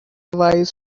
wise